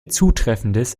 zutreffendes